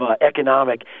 economic